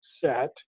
set